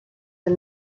del